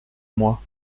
moi